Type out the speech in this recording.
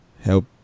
help